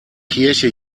kirche